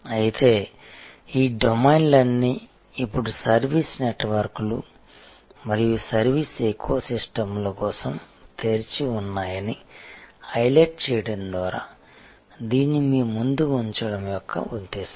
అయితే ఈ డొమైన్లన్నీ ఇప్పుడు సర్వీస్ నెట్వర్క్లు మరియు సర్వీస్ ఎకో సిస్టమ్ల కోసం తెరిచి ఉన్నాయని హైలైట్ చేయడం ద్వారా దీన్ని మీ ముందు ఉంచడం యొక్క ఉద్దేశ్యం